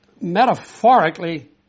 metaphorically